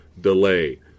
delay